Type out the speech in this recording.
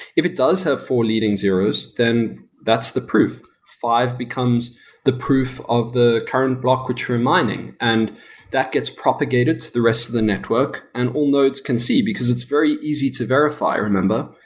if it does have four leading zeros, then that's the proof, five becomes the proof of the current block which we're mining and that gets propagated to the rest of the network and all nodes can see, because it's very easy to verify remember?